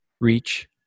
reach